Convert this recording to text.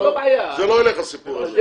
זה לא יילך הסיפור הזה.